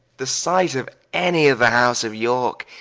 the sight of any of the house of yorke,